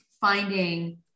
finding